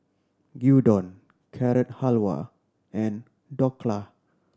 Gyudon Carrot Halwa and Dhokla